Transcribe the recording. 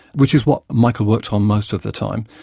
which is what michael worked on most of the time.